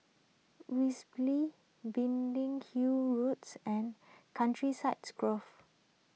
Biggin Hill Roads and Countryside Grove